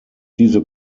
diese